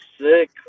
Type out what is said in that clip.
Sick